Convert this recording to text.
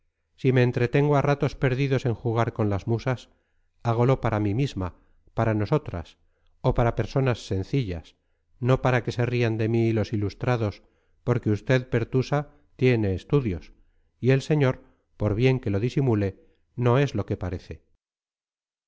si me entretengo a ratos perdidos en jugar con las musas hágolo para mí misma para nosotras o para personas sencillas no para que se rían de mí los ilustrados porque usted pertusa tiene estudios y el señor por bien que lo disimule no es lo que parece